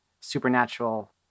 supernatural